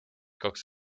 kaks